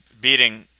beating